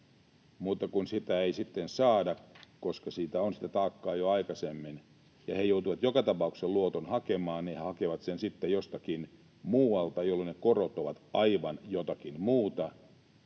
mutta kun sitä ei sitten saada, koska on jo sitä aikaisempaa taakkaa, ja he joutuvat joka tapauksessa luoton hakemaan, niin he hakevat sen sitten jostakin muualta, jolloin korot ovat aivan jotakin muuta,